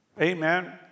Amen